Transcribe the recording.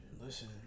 Listen